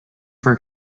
for